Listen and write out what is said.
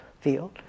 field